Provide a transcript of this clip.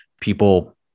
people